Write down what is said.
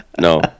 No